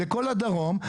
לכל הדרום.